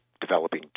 developing